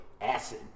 acid